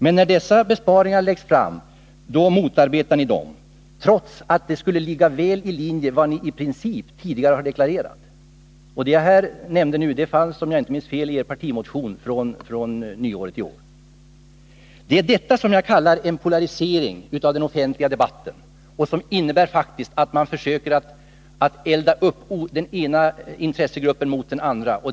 Men när förslag om sådana besparingar läggs fram motarbetar ni dem, trots att det skulle ligga väl i linje med vad ni i princip tidigare har deklarerat. Det jag nu nämnde finns, om jag inte minns fel, med i den partimotion som ni väckte på nyåret. Det är detta som jag kallar en polarisering av den offentliga debatten och som faktiskt innebär att man försöker att egga upp den ena intressegruppen mot den andra.